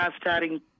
starting